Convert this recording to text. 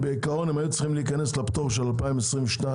ובעיקרון היו צריכים להיכנס לפטור של 22'